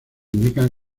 indican